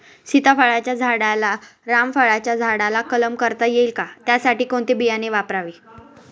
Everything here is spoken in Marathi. सीताफळाच्या झाडाला रामफळाच्या झाडाचा कलम करता येईल का, त्यासाठी कोणते बियाणे वापरावे?